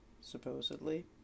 supposedly